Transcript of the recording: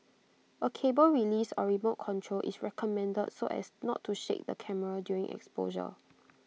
A cable release or remote control is recommended so as not to shake the camera during exposure